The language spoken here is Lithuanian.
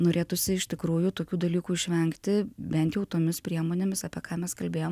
norėtųsi iš tikrųjų tokių dalykų išvengti bent jau tomis priemonėmis apie ką mes kalbėjom